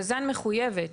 בז"ן מחויבת.